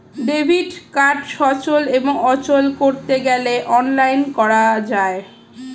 debit card সচল এবং অচল করতে গেলে অনলাইন করা যায়